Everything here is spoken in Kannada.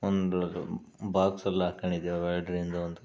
ಒಂದು ಬಾಕ್ಸಲ್ಲಿ ಹಾಕೊಂಡಿದ್ದೇವೆ ಎರಡರಿಂದ ಒಂದು